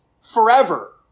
forever